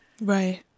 right